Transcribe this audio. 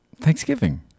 Thanksgiving